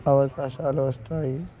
అవకాశాలు వస్తాయి